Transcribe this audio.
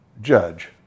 judge